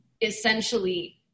essentially